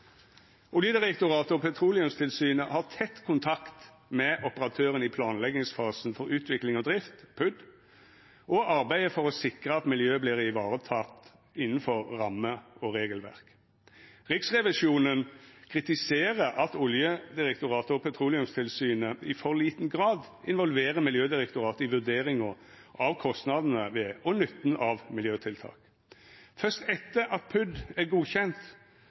Oljedirektoratet og Petroleumstilsynet har tett kontakt med operatøren i planleggingsfasen for utvikling og drift, PUD, og arbeider for å sikra at miljøet vert vareteke innanfor rammer og regelverk. Riksrevisjonen kritiserer at Oljedirektoratet og Petroleumstilsynet i for liten grad involverer Miljødirektoratet i vurderinga av kostnadene ved og nytten av miljøtiltak. Først etter at PUD er